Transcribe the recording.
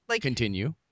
Continue